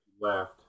Left